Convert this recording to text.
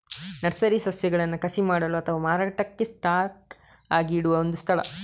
nursery ಸಸ್ಯಗಳನ್ನ ಕಸಿ ಮಾಡಲು ಅಥವಾ ಮಾರಾಟಕ್ಕೆ ಸ್ಟಾಕ್ ಆಗಿ ಇಡುವ ಒಂದು ಸ್ಥಳ